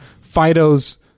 Fido's